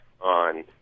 on